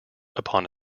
upon